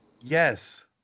Yes